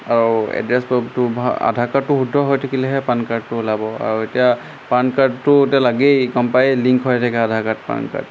আৰু এড্ৰেছ প্ৰ'ফটো আধাৰ কাৰ্ডটো শুদ্ধ হৈ থাকিলেহে পান কাৰ্ডটো ওলাব আৰু এতিয়া পান কাৰ্ডটো এতিয়া লাগেই গম পায়েই লিংক হৈ থাকে আধাৰ কাৰ্ড পান কাৰ্ড